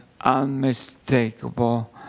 unmistakable